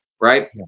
right